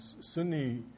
Sunni